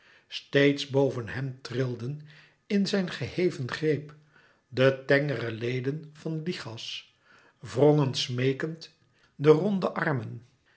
steeds boven hem trilden in zijn gehevenen greep de tengere leden van lichas wrongen smeekend de ronde armen